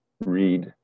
read